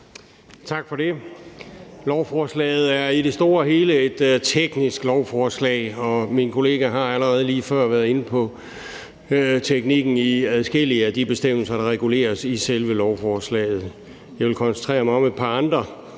Tak for det. Lovforslaget er i det store hele et teknisk lovforslag, og min kollega har allerede været inde på teknikken i adskillige af de bestemmelser, der reguleres i selve lovforslaget. Jeg vil koncentrere mig om nogle andre,